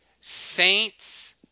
Saints –